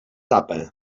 tapa